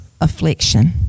affliction